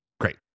Great